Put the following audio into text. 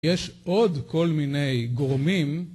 יש עוד כל מיני גורמים